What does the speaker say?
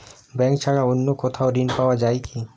Bank ছাড়া অন্য কোথাও ঋণ পাওয়া যায় কি?